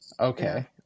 okay